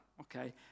okay